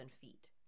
feet